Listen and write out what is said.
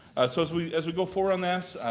so as we as we go forward on this,